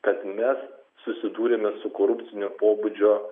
kad mes susidūrėme su korupcinio pobūdžio